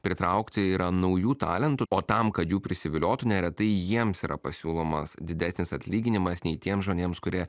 pritraukti yra naujų talentų o tam kad jų prisiviliotų neretai jiems yra pasiūlomas didesnis atlyginimas nei tiems žmonėms kurie